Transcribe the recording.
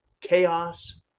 chaos